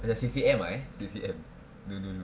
oh you are C_C_M_I C_C_M do do do